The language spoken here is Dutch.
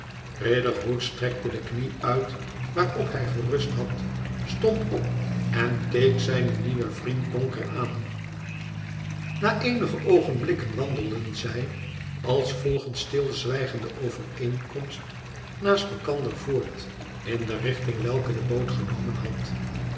riderhood strekte de knie uit waarop hij gerust had stond open keek zijn nieuwen vriend donker aan na eenige oogenblikken wandelden zij als volgens stilzwijgende overeenkomst naast elkander voort in de richting welke de boot genomen had